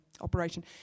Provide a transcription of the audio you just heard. operation